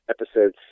episode